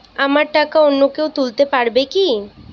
আমার টাকা অন্য কেউ তুলতে পারবে কি?